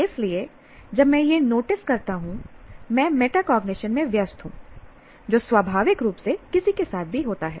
इसलिए जब मैं यह नोटिस करता हूं मैं मेटाकॉग्निशन में व्यस्त हूं जो स्वाभाविक रूप से किसी के साथ भी होता है